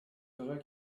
heureux